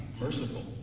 merciful